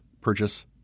purchase